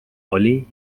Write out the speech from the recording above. oli